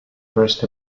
first